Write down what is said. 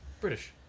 British